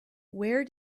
where